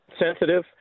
sensitive